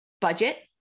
budget